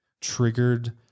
triggered